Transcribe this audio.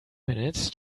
minutes